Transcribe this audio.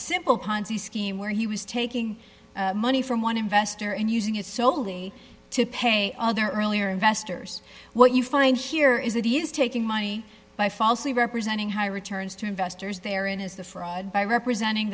simple ponzi scheme where he was taking money from one dollar investor and using it solely to pay other earlier investors what you find here is that he is taking money by falsely representing high returns to investors they're in his the fraud by representing